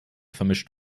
vermischt